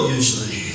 usually